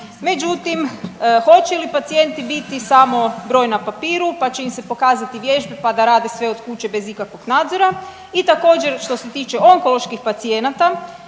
međutim hoće li pacijenti biti samo broj na papiru, pa će im se pokazati vježbe, pa da rade sve od kuće bez ikakvog nadzora? I također što se tiče onkoloških pacijenata,